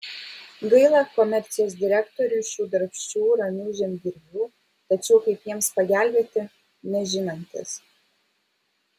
gaila komercijos direktoriui šių darbščių ramių žemdirbių tačiau kaip jiems pagelbėti nežinantis